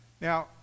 Now